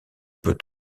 peut